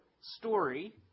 story